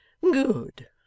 Good